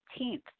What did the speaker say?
18th